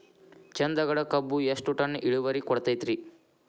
ಚಂದಗಡ ಕಬ್ಬು ಎಷ್ಟ ಟನ್ ಇಳುವರಿ ಕೊಡತೇತ್ರಿ?